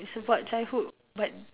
is about childhood but